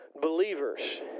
believers